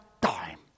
time